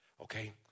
okay